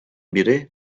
biri